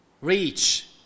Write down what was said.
reach